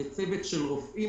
זה צוות של רופאים,